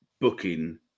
booking